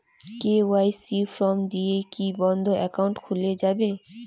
KYC form দিয়ে কি বন্ধ একাউন্ট খুলে যাবে?